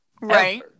Right